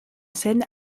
scène